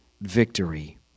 victory